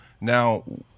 now